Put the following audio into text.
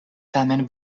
tamen